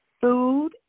food